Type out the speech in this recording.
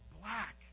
black